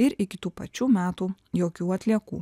ir iki tų pačių metų jokių atliekų